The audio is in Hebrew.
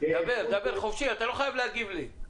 דבר חופשי, אתה לא חייב להגיב לי.